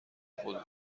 خودم